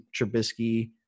Trubisky